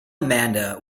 amanda